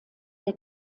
der